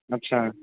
ଆଚ୍ଛା